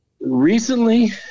Recently